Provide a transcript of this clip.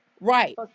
Right